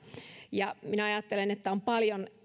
ja minä ajattelen että kun on paljon